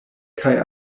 kaj